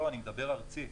לא, אני מדבר ארצי.